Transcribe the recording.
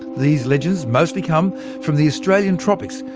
these legends mostly come from the australian tropics,